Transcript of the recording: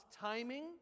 timing